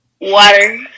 Water